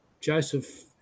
Joseph